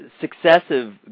successive